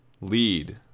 lead